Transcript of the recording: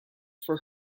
for